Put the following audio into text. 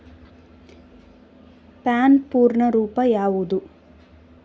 PAN ಪೂರ್ಣ ರೂಪ ಯಾವುದು?